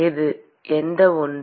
மாணவர் எந்த ஒன்று